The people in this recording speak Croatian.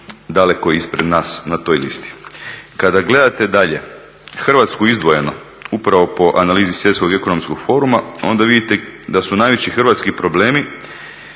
daleko ispred nas na toj listi. Kada gledate dalje Hrvatsku izdvojeno, upravo po analizi Svjetskog ekonomskog foruma, onda vidite da su najveći hrvatski problemi